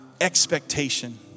expectation